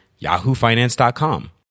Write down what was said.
yahoofinance.com